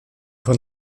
von